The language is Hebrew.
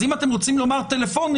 אז אם אתם רוצים לומר טלפונית,